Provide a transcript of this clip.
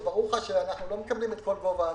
ברור לך שהחקלאים לא מקבלים את כל גובה המכס,